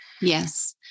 Yes